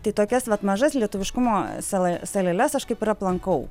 tai tokias vat mažas lietuviškumo sala saleles aš kaip ir aplankau